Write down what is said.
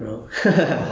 um